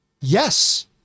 Yes